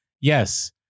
yes